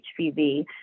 HPV